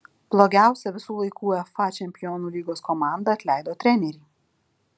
blogiausia visų laikų uefa čempionų lygos komanda atleido trenerį